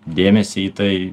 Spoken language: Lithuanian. dėmesį į tai